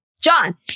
John